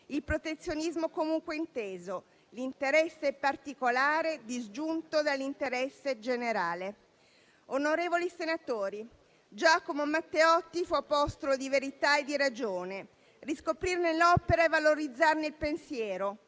il protezionismo comunque inteso, l'interesse particolare disgiunto dall'interesse generale». Onorevoli senatori, Giacomo Matteotti fu apostolo di verità e di ragione. Riscoprirne l'opera e valorizzarne il pensiero,